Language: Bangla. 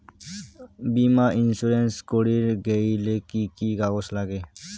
বীমা ইন্সুরেন্স করির গেইলে কি কি কাগজ নাগে?